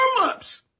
warmups